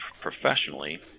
professionally